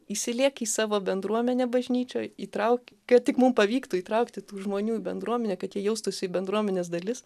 įsiliek į savo bendruomenę bažnyčioj įtrauk kad tik mum pavyktų įtraukti tų žmonių į bendruomenę kad jie jaustųsi bendruomenės dalis